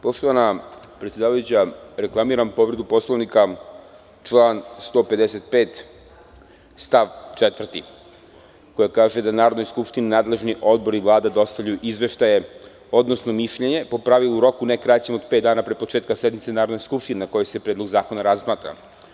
Poštovana predsedavajuća, reklamiram povredu Poslovnika član 155. stav 4. koji kaže da Narodnoj skupštini nadležni odbor i Vlada dostavljaju izveštaje, odnosno mišljenje, po pravilu, u roku ne kraćem od pet dana pre početka sednice Narodne skupštine na kojoj se predlog zakona razmatra.